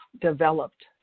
developed